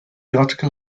article